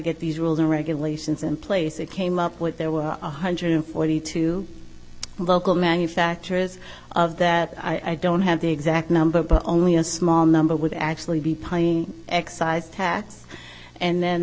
get these rules and regulations in place it came up with there were one hundred and forty two local manufacturers of that i don't have the exact number but only a small number would actually be paying excise tax and then